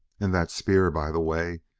and that spear, by the way,